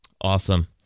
Awesome